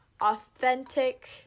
authentic